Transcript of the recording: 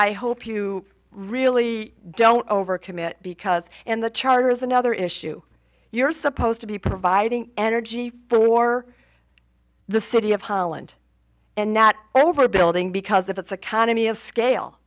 hope you really don't overcommit because in the charter is another issue you're supposed to be providing energy for the city of holland and not overbuilding because of its economy of scale